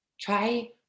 Try